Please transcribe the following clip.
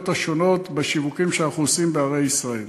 השונות בשיווקים שאנחנו עושים בערי ישראל.